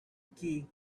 key